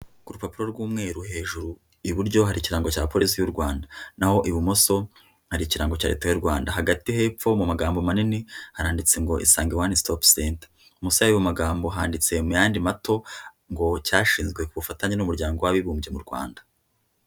Ku rupapuro rw'umweru hejuru iburyo, hari ikirango cya Polisi y'u Rwanda, naho ibumoso hari ikirango cya Leta y'u Rwanda, hagati hepfo mu magambo manini haranditse ngo ISANGE One Stop Centre. Munsi yayo magambo handitse mu yandi mato ngo cyashinzwe ku bufatanye n'umuryango w'abibumbye mu Rwanda.